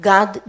God